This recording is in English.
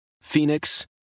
Phoenix